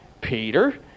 Peter